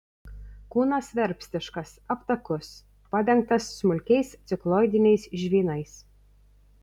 kūnas verpstiškas aptakus padengtas smulkiais cikloidiniais žvynais